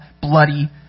bloody